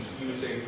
using